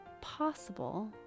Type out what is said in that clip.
possible